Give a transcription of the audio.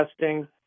testing